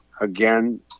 again